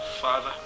Father